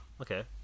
okay